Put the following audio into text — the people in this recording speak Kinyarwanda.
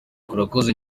urakoze